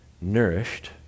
nourished